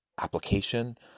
application